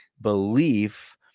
belief